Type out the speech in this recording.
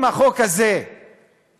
אם החוק הזה יעבור,